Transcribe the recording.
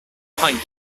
hike